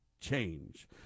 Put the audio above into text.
change